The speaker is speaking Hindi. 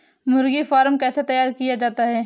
मुर्गी फार्म कैसे तैयार किया जाता है?